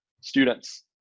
students